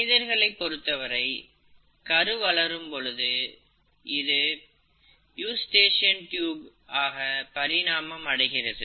மனிதர்கள் பொருத்தவரை கரு வளரும் பொழுது இது யூஸ்டாச்சியன் குழாய் யாக பரிணாமம் அடைகிறது